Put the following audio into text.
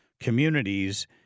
communities